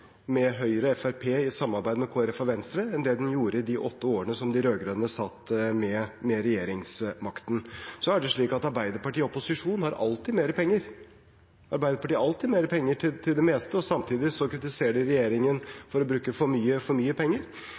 med Høyre og Fremskrittspartiet i samarbeid med Kristelig Folkeparti og Venstre enn det den gjorde i de åtte årene da de rød-grønne satt med regjeringsmakten. Arbeiderpartiet i opposisjon har alltid mer penger. Arbeiderpartiet har alltid mer penger til det meste, og samtidig kritiserer de regjeringen for å bruke for mye penger. Jeg mener vi må sørge for